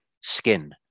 skin